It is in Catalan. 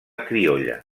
criolla